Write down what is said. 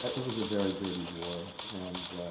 it was a very dirty war and